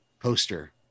poster